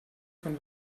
von